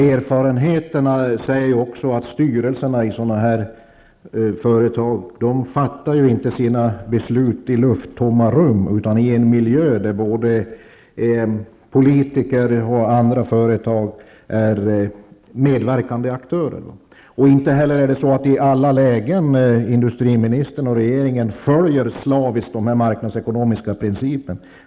Erfarenheterna säger också att styrelserna i sådana här företag inte fattar sina beslut i lufttomma rum utan i en miljö där både politiker och andra företag är medaktörer. Inte heller är det så att industriministern och regeringen i alla lägen slaviskt följer de marknadsekonomiska principerna.